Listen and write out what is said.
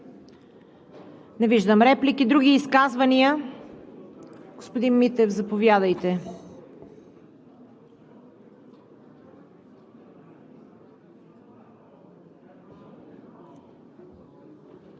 Не виждам. Други изказвания? Господин Митев, заповядайте.